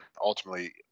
ultimately